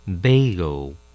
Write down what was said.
Bagel